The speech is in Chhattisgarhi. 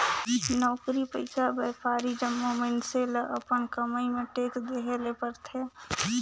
नउकरी पइसा, बयपारी जम्मो मइनसे ल अपन कमई में टेक्स देहे ले परथे